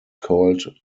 called